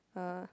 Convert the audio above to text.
uh